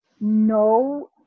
no